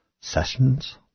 sessions